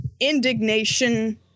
indignation